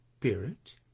spirit